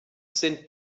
sind